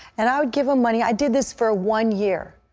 and i would give them money. i did this for one year.